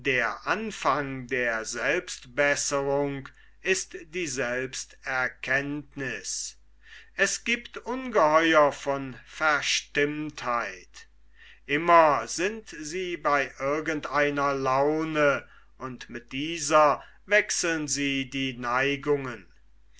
der anfang der selbstbesserung ist die selbsterkenntniß es giebt ungeheuer von verstimmtheit immer sind sie bei irgend einer laune und mit dieser wechseln sie die neigungen